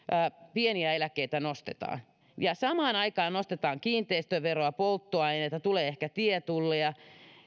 pieniä eläkkeitä nostetaan ja samaan aikaan nostetaan kiinteistöveroa polttoaineita tulee ehkä tietulleja